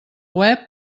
web